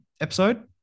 episode